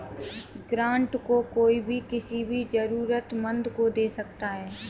grant को कोई भी किसी भी जरूरतमन्द को दे सकता है